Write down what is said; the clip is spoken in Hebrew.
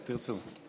איך שתרצו.